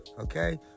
Okay